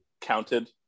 counted